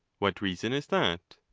what reason is that?